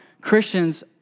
Christians